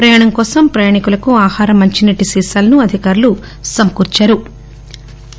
ప్రయాణం కోసం ప్రయాణికులకు ఆహారం మంచినీటి సీసాలను అధికారులు సమకూర్పారు